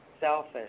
selfish